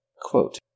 quote